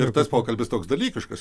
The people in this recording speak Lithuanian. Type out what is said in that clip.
ir tas pokalbis toks dalykiškas